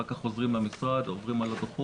אחר כך חוזרים למשרד, עוברים על הדוחות,